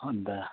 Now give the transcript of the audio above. अनि त